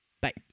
Bye